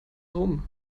herum